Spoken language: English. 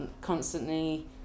constantly